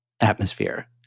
atmosphere